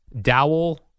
dowel